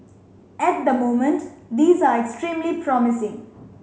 at the moment these are extremely promising